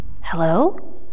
Hello